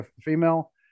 female